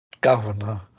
governor